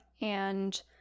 and-